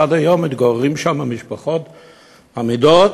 ועד היום מתגוררות שם משפחות אמידות,